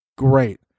great